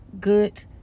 good